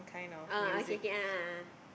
oh okay okay a'ah a'ah